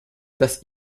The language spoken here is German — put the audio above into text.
das